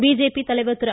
BJP தலைவர் திரு